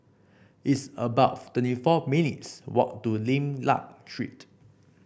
it's about twenty four minutes' walk to Lim Liak Street